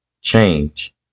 change